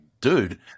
dude